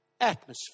atmosphere